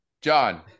John